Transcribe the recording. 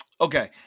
okay